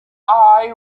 eye